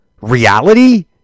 reality